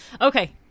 Okay